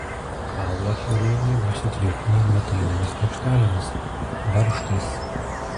kaulą chirurgai dar sutvirtino ir metalinėmis plokštelėmis varžtais